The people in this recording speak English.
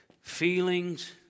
feelings